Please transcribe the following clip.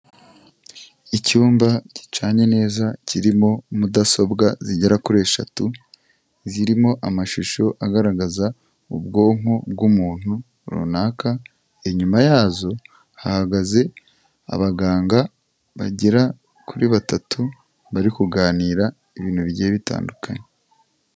Icyumba gicanye neza kirimo mudasobwa zigera kuri eshatu, zirimo amashusho agaragaza ubwonko bw'umuntu runaka, inyuma yazo hahagaze abaganga bagera kuri batatu, bari kuganira ibintu bigiye bitandukanye.